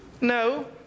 No